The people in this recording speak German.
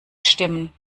stimmen